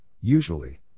usually